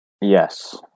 Yes